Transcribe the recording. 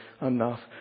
enough